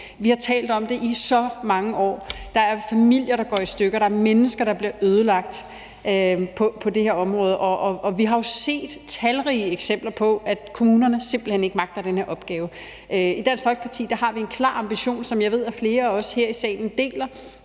Vi har talt om det i så mange år. På det her område er der familier, der går i stykker, og der er mennesker, der bliver ødelagt, og vi har jo set talrige eksempler på, at kommunerne simpelt hen ikke magter den her opgave. I Dansk Folkeparti har vi en klar ambition, som jeg ved at flere her i salen også